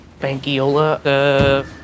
bankiola